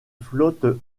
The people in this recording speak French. flotte